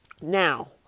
Now